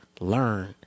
learn